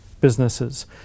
businesses